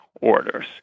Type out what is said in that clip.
orders